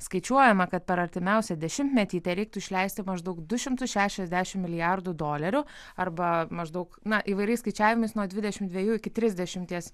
skaičiuojama kad per artimiausią dešimtmetį tereiktų išleisti maždaug du šimtus šešiasdešimt milijardų dolerių arba maždaug na įvairiais skaičiavimais nuo dvidešimt dviejų iki trisdešimties